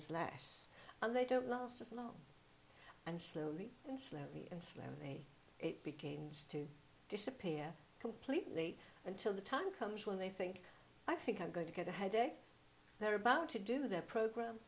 is less and they don't last as long and slowly and slowly and slowly it begins to disappear completely until the time comes when they think i think i'm going to get a headache they're about to do their program